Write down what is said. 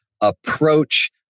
approach